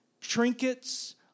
trinkets